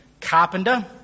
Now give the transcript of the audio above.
carpenter